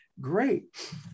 Great